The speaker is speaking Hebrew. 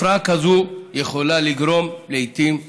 הפרעה כזאת יכולה לגרום לעיתים למוות.